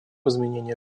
изменения